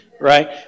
right